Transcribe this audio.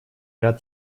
ряд